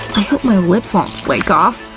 i hope my lips won't flake off,